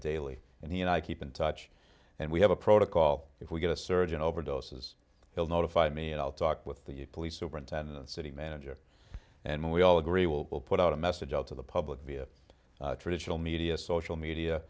daily and he and i keep in touch and we have a protocol if we get a surgeon overdoses he'll notify me and i'll talk with the police superintendent and city manager and we all agree it will put out a message out to the public via traditional media social media